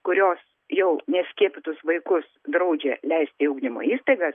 kurios jau neskiepytus vaikus draudžia leisti į ugdymo įstaigas